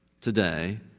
today